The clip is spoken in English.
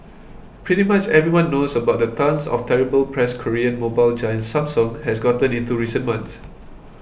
pretty much everyone knows about the tonnes of terrible press Korean mobile giant Samsung has gotten in recent months